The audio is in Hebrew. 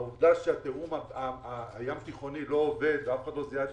העובדה שהתיאום הים תיכוני לא עובד ואף אחד לא זיהה את